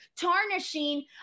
tarnishing